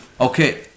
Okay